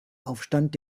aufstand